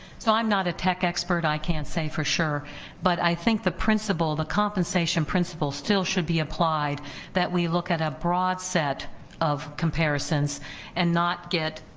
so i'm not a tech expert, i can't say for sure but i think the principle, the compensation principle still should be applied that we look at a broad set of comparisons and not get